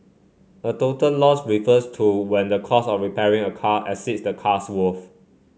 a total loss refers to when the cost of repairing a car exceeds the car's worth